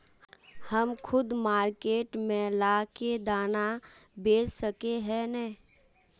हम खुद मार्केट में ला के दाना बेच सके है नय?